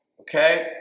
Okay